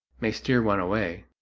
may steer one away.